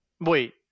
Wait